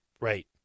Right